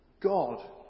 God